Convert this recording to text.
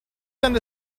send